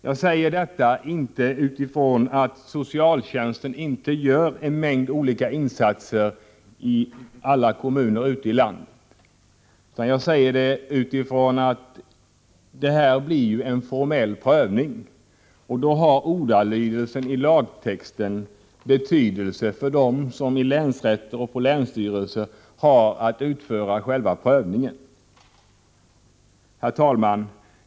Jag säger inte detta därför att socialtjänsten inte skulle göra en mängd olika insatser i alla kommuner ute i landet, utan utifrån den utgångspunkten att det här kommer att bli en formell prövning, och då har ordalydelsen i lagtexten betydelse för dem som har att utföra själva prövningen. Herr talman!